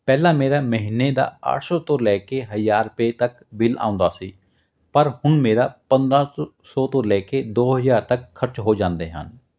ਪਹਿਲਾਂ ਮੇਰਾ ਮਹੀਨੇ ਦਾ ਅੱਠ ਸੌ ਤੋਂ ਲੈ ਕੇ ਹਜ਼ਾਰ ਰੁਪਏ ਤੱਕ ਬਿੱਲ ਆਉਂਦਾ ਸੀ ਪਰ ਹੁਣ ਮੇਰਾ ਪੰਦਰਾਂ ਸੌ ਸੌ ਤੋਂ ਲੈ ਕੇ ਦੋ ਹਜ਼ਾਰ ਤੱਕ ਖਰਚ ਹੋ ਜਾਂਦੇ ਹਨ